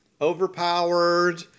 Overpowered